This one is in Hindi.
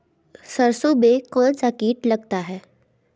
सरसों में कौनसा कीट लगता है?